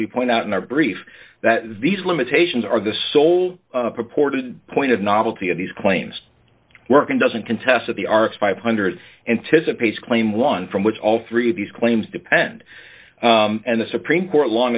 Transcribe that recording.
we point out in our brief that these limitations are the sole purported point of novelty of these claims working doesn't contest of the art five hundred anticipates claim one from which all three of these claims depend and the supreme court long